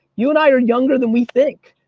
you and i are younger than we think.